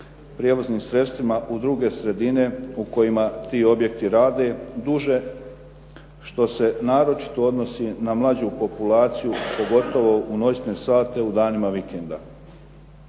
prijevoznim sredstvima u druge sredine u kojima ti objekti rade duže, što se naročito odnosi na mlađu populaciju, pogotovo u noćne sate u danima vikenda.